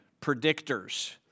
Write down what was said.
predictors